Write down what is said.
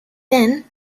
then